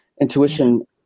Intuition